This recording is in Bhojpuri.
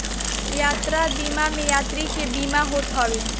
यात्रा बीमा में यात्री के बीमा होत हवे